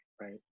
right